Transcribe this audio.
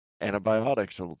antibiotics